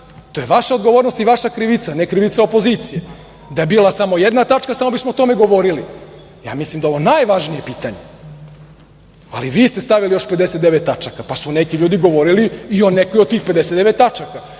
To je vaša odgovornost i vaša krivica, ne krivica opozicije. Da je bila samo jedna tačka, samo bismo o tome govorili. Ja mislim da je ovo najvažnije pitanje, ali vi ste stavili još 59 tačaka, pa su neki ljudi govorili i o nekoj o tih 59 tačaka,